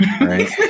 right